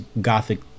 gothic